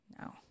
No